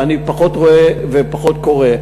ואני פחות רואה ופחות קורא.